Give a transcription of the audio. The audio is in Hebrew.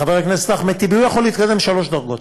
חבר הכנסת אחמד טיבי, הוא יכול להתקדם שלוש דרגות.